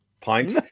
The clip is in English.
pint